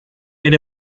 and